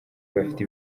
bafite